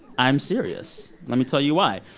i'm serious. let me tell you why.